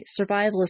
survivalist